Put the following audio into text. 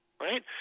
right